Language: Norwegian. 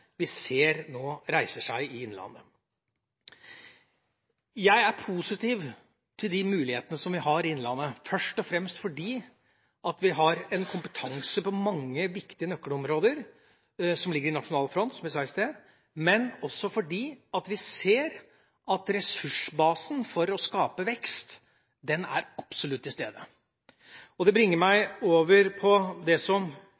vi nå ser reise seg i Innlandet. Jeg er positiv til de mulighetene vi har i Innlandet, først og fremst fordi vi har en kompetanse på mange viktige nøkkelområder som ligger i nasjonal front – som jeg sa i stad – men også fordi vi ser at ressursbasen for å skape vekst, absolutt er til stede. Det bringer meg over på det som